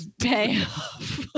payoff